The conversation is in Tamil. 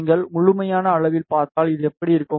நீங்கள் முழுமையான அளவில் பார்த்தால் இது எப்படி இருக்கும்